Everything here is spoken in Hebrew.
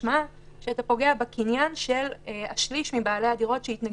משמע שאתה פוגע בקניין של השליש מבעלי הדירות שהתנגדו,